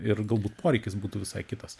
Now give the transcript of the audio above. ir galbūt poreikis būtų visai kitas